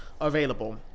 available